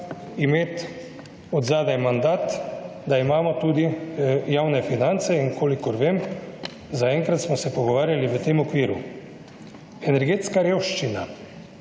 imeti od zadaj mandat, da imamo tudi javne finance in, kolikor vem, zaenkrat smo se pogovarjali v tem okviru. Energetska revščina.